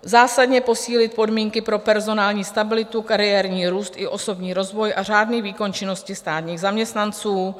Za čtvrté zásadně posílit podmínky pro personální stabilitu, kariérní růst i osobní rozvoj a řádný výkon činnosti státních zaměstnanců.